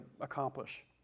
accomplish